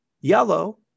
yellow